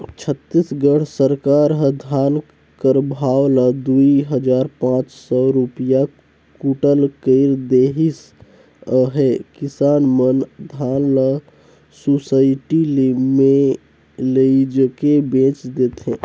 छत्तीसगढ़ सरकार ह धान कर भाव ल दुई हजार पाच सव रूपिया कुटल कइर देहिस अहे किसान मन धान ल सुसइटी मे लेइजके बेच देथे